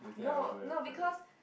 no no because